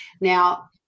Now